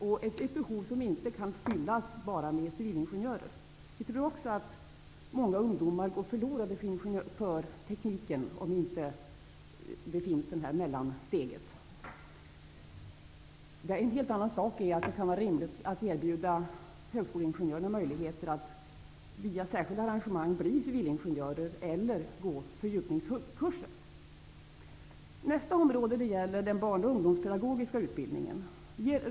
Det är ett behov som inte kan täckas med bara civilingenjörer. Många ungdomar skulle gå förlorade för det tekniska området, om inte något mellansteg finns. En helt annan sak är att det kan vara rimligt att erbjuda möjligheter för höskoleingenjörer att gå fördjupningskurser eller att, via olika arrangemang, bli civilingenjör. Nästa område som jag vill ta upp gäller den barnoch ungdomspedagogiska utbildningen.